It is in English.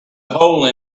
hole